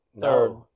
Third